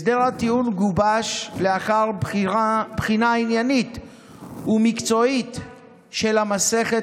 הסדר הטיעון גובש לאחר בחינה עניינית ומקצועית של המסכת